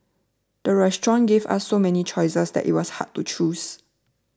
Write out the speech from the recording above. the restaurant gave us so many choices that it was hard to choose